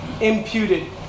imputed